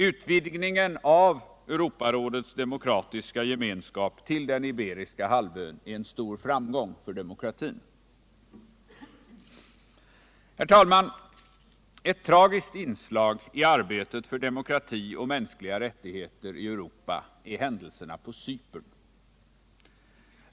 Utvidgningen av Europarådets demokratiska gemenskap till den Iberiska halvön är en stor framgång för demokratin. Herr talman! Ett tragiskt inslag i arbetet för demokrati och mänskliga rättigheter i Europa är händelserna på Cypern.